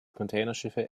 containerschiffe